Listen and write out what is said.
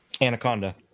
Anaconda